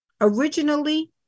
Originally